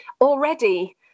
already